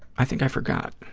i think i forgot.